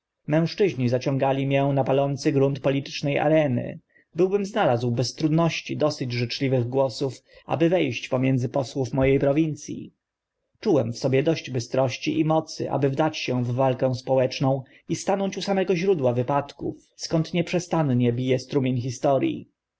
mężczyźni zaciągali mię na palący grunt poli zwierciadlana zagadka tyczne areny byłbym znalazł bez trudności dosyć życzliwych głosów aby we ść pomiędzy posłów mo e prowinc i czułem w sobie dość bystrości i mocy aby wdać się w walkę społeczną i stanąć u samego źródła wypadków skąd nieprzestannie bije strumień historii